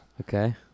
Okay